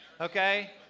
Okay